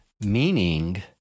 Meaning